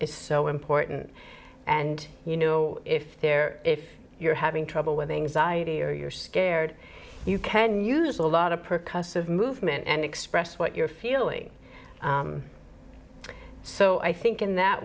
is so important and you know if there if you're having trouble with anxiety or you're scared you can use a lot of perk us as movement and express what you're feeling so i think in that